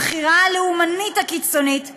הבחירה הלאומנית הקיצונית,